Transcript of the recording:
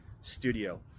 studio